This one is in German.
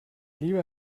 lieber